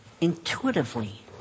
intuitively